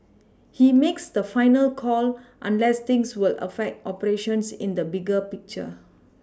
he makes the final call unless things will affect operations in the bigger picture